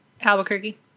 Albuquerque